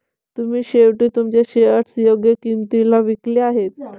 तुम्ही शेवटी तुमचे शेअर्स योग्य किंमतीला विकले आहेत